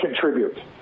contribute